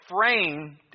frame